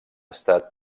estat